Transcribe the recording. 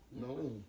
no